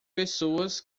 pessoas